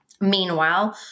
Meanwhile